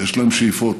יש להם שאיפות